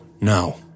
now